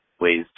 ways